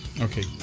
Okay